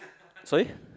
sorry